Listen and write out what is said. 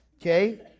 Okay